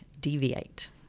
Deviate